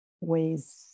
ways